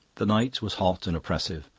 the night was hot and oppressive.